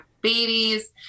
babies